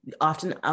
often